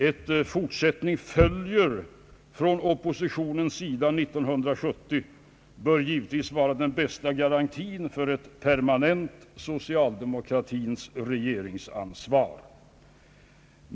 Ett » fortsättning följer» från oppositionens sida år 1970 bör givetvis vara den bästa garantin för ett permanent socialdemokratiskt regeringsansvar.